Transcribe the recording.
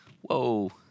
whoa